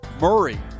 Murray